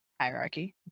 hierarchy